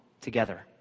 together